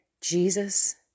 Jesus